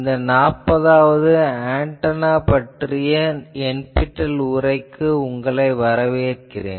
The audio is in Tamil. இந்த 40 வது ஆன்டெனா பற்றிய NPTEL உரைக்கு உங்களை வரவேற்கிறேன்